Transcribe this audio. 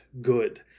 good